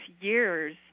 years